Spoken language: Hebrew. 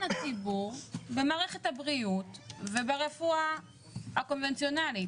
הציבור במערכת הבריאות וברפואה הקונבנציונלית.